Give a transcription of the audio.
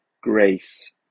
grace